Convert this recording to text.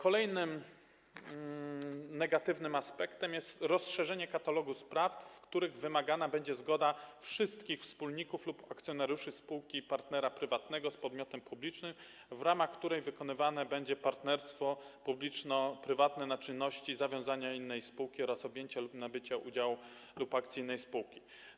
Kolejnym negatywnym aspektem jest rozszerzenie katalogu spraw, w których będzie wymagana zgoda wszystkich wspólników lub akcjonariuszy spółki partnera prywatnego z podmiotem publicznym, w ramach której wykonywane będzie partnerstwo publiczno-prywatne, na czynności zawiązania innej spółki oraz objęcie lub nabycie udziałów lub akcji innej spółki.